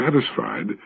satisfied